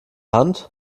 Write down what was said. hand